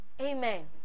Amen